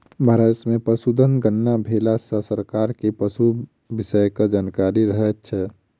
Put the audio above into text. भारत मे पशुधन गणना भेला सॅ सरकार के पशु विषयक जानकारी रहैत छै